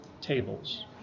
tables